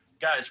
Guys